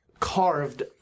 Carved